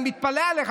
אני מתפלא עליך.